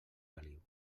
caliu